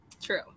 True